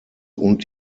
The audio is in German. und